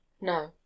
No